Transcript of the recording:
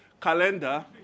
calendar